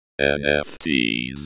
NFTs